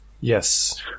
Yes